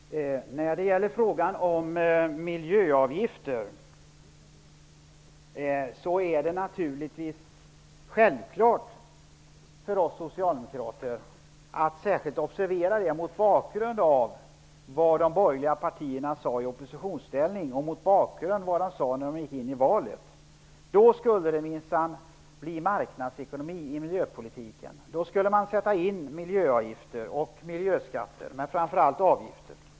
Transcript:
Herr talman! När det gäller frågan om miljöavgifter vill jag säga att det naturligtvis är självklart för oss socialdemokrater att särskilt observera den mot bakgrund av vad de borgerliga partierna sade i oppositionsställning och när de gick in i valet. Då skulle det bli marknadsekonomi i miljöpolitiken. Man skulle införa miljöavgifter och miljöskatter.